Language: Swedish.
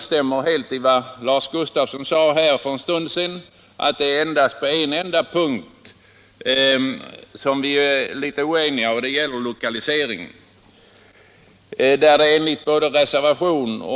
Som Lars Gustafsson sade för en stund sedan är det endast på en punkt som vi är litet oeniga, och den gäller lokaliseringen.